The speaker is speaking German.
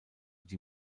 die